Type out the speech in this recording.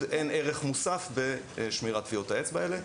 אין ערך מוסף בשמירת טביעות האצבע האלה.